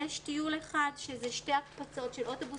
יש טיול אחד שזה שתי הקפצות של אוטובוס.